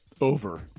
over